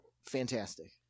fantastic